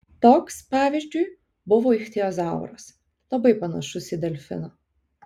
toks pavyzdžiui buvo ichtiozauras labai panašus į delfiną